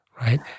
Right